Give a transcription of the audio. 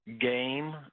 game